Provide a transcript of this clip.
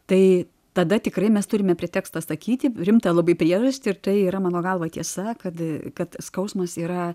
tai tada tikrai mes turime pretekstą sakyti rimtą labai priežastį ir tai yra mano galvai tiesa kad kad skausmas yra